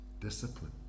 discipline